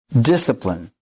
discipline